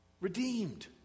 redeemed